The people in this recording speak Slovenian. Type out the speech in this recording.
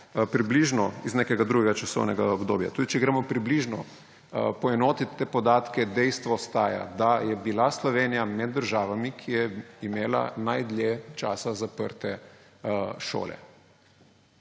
približno iz nekega drugega časovnega obdobja, tudi če gremo približno poenotit te podatke, dejstvo ostaja, da je bila Slovenija med državami, ki je imela najdlje časa zaprte šole.